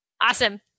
Awesome